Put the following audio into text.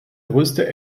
größte